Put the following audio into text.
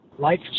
life